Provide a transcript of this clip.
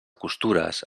costures